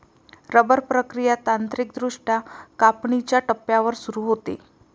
rubber प्रक्रिया तांत्रिकदृष्ट्या कापणीच्या टप्प्यावर सुरू होते